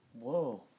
Whoa